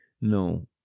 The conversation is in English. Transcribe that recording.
no